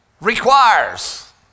requires